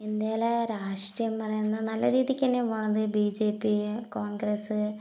ഇന്ത്യയിലെ രാഷ്ട്രീയം പറയുന്ന നല്ല രീതിക്ക് തന്നെയാണ് പോകുന്നത് ബി ജെ പി കോണ്ഗ്രസ്